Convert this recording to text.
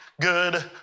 good